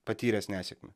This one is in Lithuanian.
patyręs nesėkmę